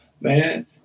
man